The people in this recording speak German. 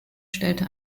stellte